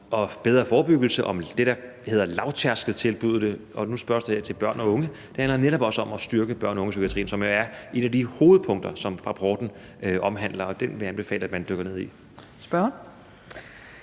om bedre forebyggelse og om det, der hedder lavtærskeltilbuddene. Og nu spørges der her til børn og unge, og det handler netop også om at styrke børne- og ungepsykiatrien, som jo er et af de hovedpunkter, som rapporten omhandler, og den vil jeg anbefale at man dykker ned i. Kl.